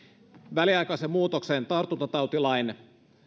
väliaikaisen muutoksen tartuntatautilain